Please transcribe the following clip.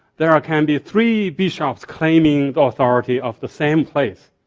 there ah can be three bishop claiming authority of the same place.